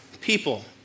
people